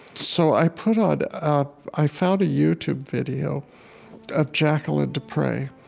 so i put on a i found a youtube video of jacqueline du pre,